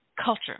culture